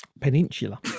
Peninsula